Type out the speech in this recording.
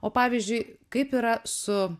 o pavyzdžiui kaip yra su